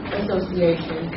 association